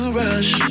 rush